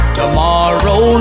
tomorrow